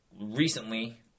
Recently